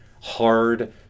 hard